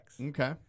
Okay